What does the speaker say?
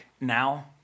now